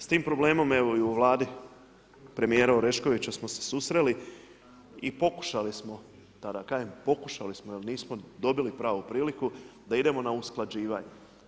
S tim problemom evo i u Vladi premijera Oreškovića smo se susreli i pokušali smo tada, kažem pokušali smo jer nismo dobili pravu priliku da idemo na usklađivanje.